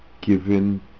given